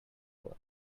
work